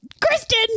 Kristen